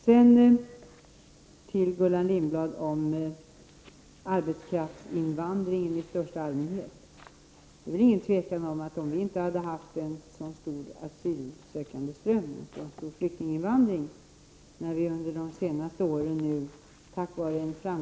Till Gullan Lindblad om arbetskraftsinvandringen i största allmänhet: Tack vare en framgångsrik ekonomisk politik har det under de senaste åren varit full sysselsättning i landet och behovet av arbetskraft har varit stort.